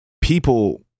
people